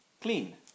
clean